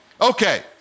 Okay